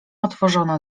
otworzono